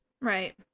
Right